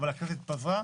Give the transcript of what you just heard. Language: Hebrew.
אבל הכנסת התפזרה.